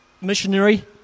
missionary